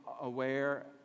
aware